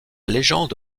légende